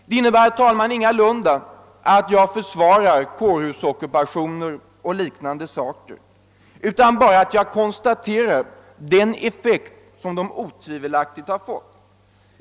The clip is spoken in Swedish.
Detta uttalande innebär ingalunda, herr talman, att jag försvarar kårhusockupationer och liknande saker, utan jag bara konstaterar den effekt som de otvivelaktigt har fått.